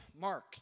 Mark